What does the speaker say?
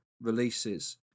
releases